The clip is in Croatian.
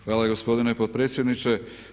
Hvala gospodine potpredsjedniče.